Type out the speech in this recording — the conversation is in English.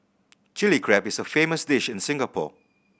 Chilli Crab is a famous dish in Singapore